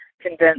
convince